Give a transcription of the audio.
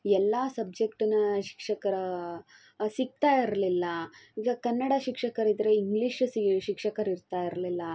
ಎಲ್ಲ ಸಬ್ಜೆಕ್ಟಿನ ಶಿಕ್ಷಕರು ಸಿಗ್ತಾ ಇರಲಿಲ್ಲ ಈಗ ಕನ್ನಡ ಶಿಕ್ಷಕರಿದ್ದರೆ ಇಂಗ್ಲಿಷ್ ಶಿಕ್ಷಕರು ಇರ್ತಾ ಇರಲಿಲ್ಲ